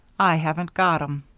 i haven't got em.